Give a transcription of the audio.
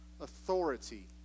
authority